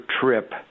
trip